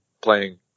playing